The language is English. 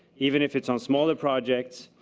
even if it's on smaller projects.